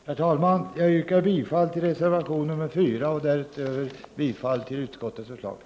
Herr talman! Jag yrkar bifall till reservation nr 4 och i övrigt bifall till utskottets hemställan.